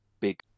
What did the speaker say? big